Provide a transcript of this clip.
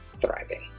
thriving